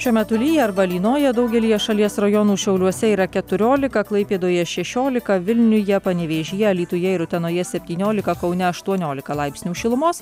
šiuo metu lyja arba lynoja daugelyje šalies rajonų šiauliuose yra keturiolika klaipėdoje šešiolika vilniuje panevėžyje alytuje ir utenoje septyniolika kaune aštuoniolika laipsnių šilumos